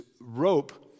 rope